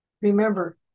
Remember